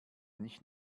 nicht